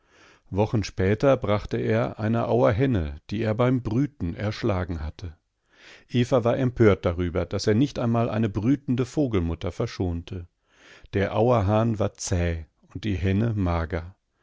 wochen später brachte er eine auerhenne die er beim brüten erschlagen hatte eva war empört darüber daß er nicht einmal eine brütende vogelmutter verschonte der auerhahn war zäh und die henne mager